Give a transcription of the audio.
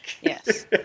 Yes